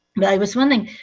but i was wondering,